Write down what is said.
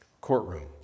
courtroom